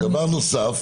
דבר נוסף,